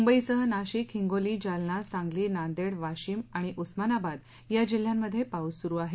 मुंबईसह नाशिक हिंगोली जालना सांगली नांदेड वाशीम उस्मानाबाद या जिल्ह्यांमध्ये पाऊस सुरू आहे